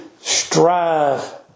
strive